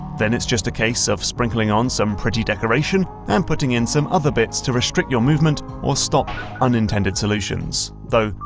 then it's just a case of sprinkling on some pretty decoration, and putting in some other bits to restrict your movement or stop unintended solutions. though,